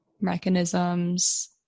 mechanisms